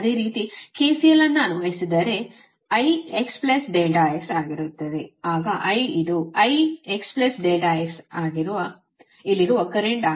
ಅದೇ ರೀತಿ KCL ಅನ್ನು ಅನ್ವಯಿಸಿದರೆ KCL I x ∆x ಆಗಿರುತ್ತದೆ ಆಗ I ಇದು I x ∆x ಇಲ್ಲಿರುವ ಕರೆಂಟ್ ಆಗಿದೆ